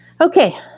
Okay